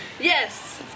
Yes